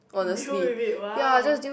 deal with it !wow!